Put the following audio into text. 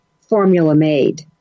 formula-made